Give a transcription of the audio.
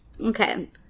Okay